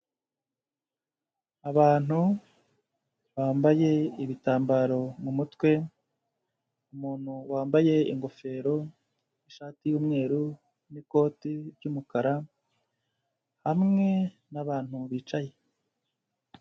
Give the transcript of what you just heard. Abantu bambaye ibitambaro mu mutwe, umuntu wambaye ingofero n'ishati y'umweru n'ikoti ry'umukara, hamwe n'abantu bicaye.